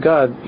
God